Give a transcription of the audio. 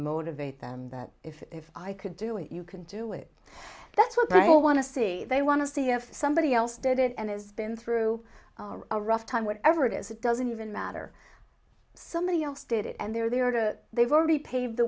motivate them that if i could do it you can do it that's what i want to see they want to see if somebody else did it and has been through a rough time whatever it is it doesn't even matter somebody else did it and they're there to they've already paved the